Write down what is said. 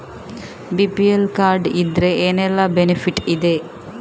BPL card ಇದ್ರೆ ಏನೆಲ್ಲ benefit ಇದೆ?